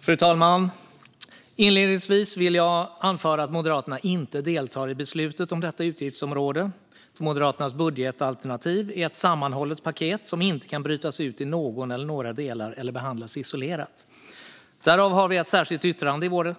Fru talman! Inledningsvis vill jag anföra att Moderaterna inte deltar i beslutet om detta utgiftsområde eftersom Moderaternas budgetalternativ är ett sammanhållet paket som inte kan brytas ut i någon eller några delar eller behandlas isolerat. Därför har vi ett särskilt yttrande,